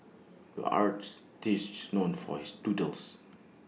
the artist is known for his doodles